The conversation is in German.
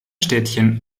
städtchen